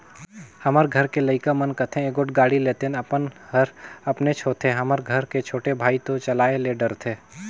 हमर घर के लइका मन कथें एगोट गाड़ी लेतेन अपन हर अपनेच होथे हमर घर के छोटे भाई तो चलाये ले डरथे